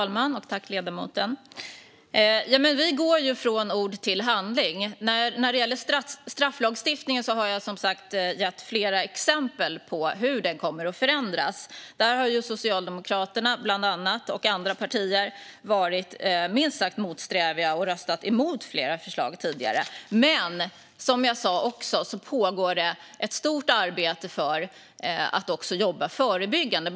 Fru talman! Vi går från ord till handling. Jag har gett flera exempel på hur strafflagstiftningen kommer att förändras. Där har Socialdemokraterna och andra partier varit minst sagt motsträviga och röstat emot flera förslag tidigare. Men det pågår ett stort arbete för att också jobba förebyggande.